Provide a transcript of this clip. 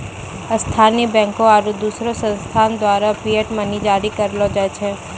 स्थानीय बैंकों आरू दोसर संस्थान द्वारा फिएट मनी जारी करलो जाय छै